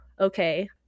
okay